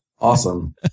awesome